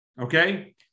Okay